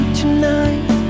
tonight